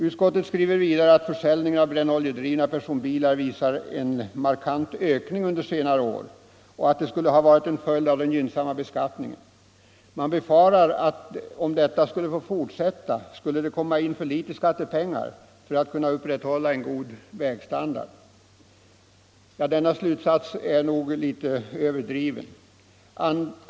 Utskottet skriver vidare att försäljningen av brännoljedrivna personbilar visat en markant ökning under senare år och att det skulle ha varit en följd av den gynnsamma beskattningen. Man befarar att om detta skulle fortsätta, skulle det komma in för litet skattepengar för att man skulle kunna upprätthålla en god vägstandard. Denna slutsats är nog något överdriven.